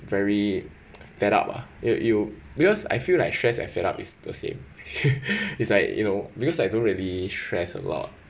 very fed up ah you you because I feel like stressed and fed up it's the same it's like you know because I don't really stressed a lot